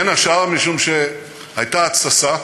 בין השאר משום שהייתה התססה,